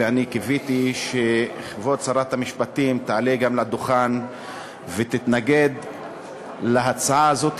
וקיוויתי שכבוד שרת המשפטים תעלה לדוכן ותתנגד להצעה הזאת,